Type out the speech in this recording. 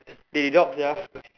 they dog sia